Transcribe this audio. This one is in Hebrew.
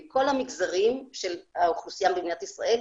מכל המגזרים של האוכלוסייה במדינת ישראל,